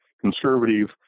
conservative